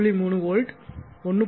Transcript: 3 volt 1